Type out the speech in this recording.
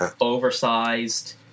oversized